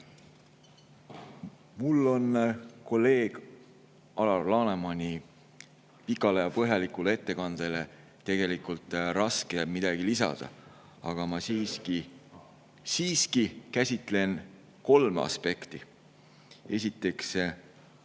Mul on kolleeg Alar Lanemani pikale ja põhjalikule ettekandele tegelikult raske midagi lisada, aga ma siiski käsitlen kolme aspekti. Esiteks,